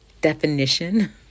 definition